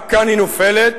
רק כאן היא נופלת